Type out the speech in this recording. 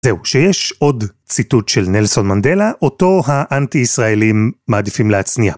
זהו, שיש עוד ציטוט של נלסון מנדלה, אותו האנטי-ישראלים מעדיפים להצניע.